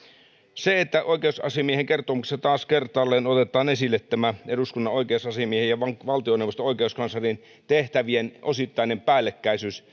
se että oikeusasiamiehen kertomuksessa taas kertaalleen otetaan esille eduskunnan oikeusasiamiehen ja valtioneuvoston oikeuskanslerin tehtävien osittainen päällekkäisyys